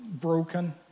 broken